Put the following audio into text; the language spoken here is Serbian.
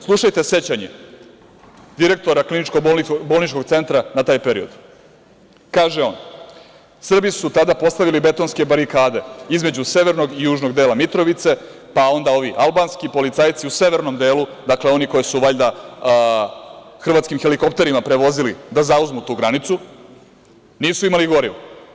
Slušajte sećanje direktora KBC na taj period, kaže on – Srbi su tada postavili betonske barikade između severnog i južnog dela Mitrovice, pa onda ovi albanski policajci u severnom delu, dakle, oni koje su valjda hrvatskim helikopterima prevozili da zauzmu tu granicu, nisu imali gorivo.